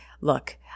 Look